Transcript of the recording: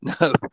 No